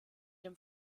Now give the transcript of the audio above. dem